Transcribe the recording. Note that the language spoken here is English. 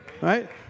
Right